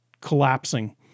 collapsing